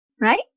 right